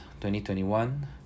2021